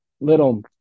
little